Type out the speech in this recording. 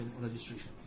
Registration